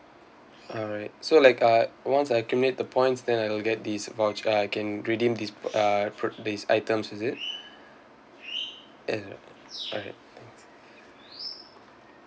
alright so like uh once I accumulate the points then I'll get this voucher I can redeem this per~ uh per~ these items is it a~ alright